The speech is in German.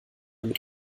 mit